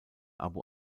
abu